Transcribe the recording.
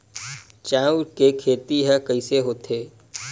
चांउर के खेती ह कइसे होथे?